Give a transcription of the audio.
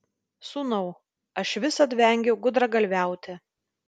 sūnau aš visad vengiau gudragalviauti